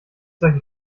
solche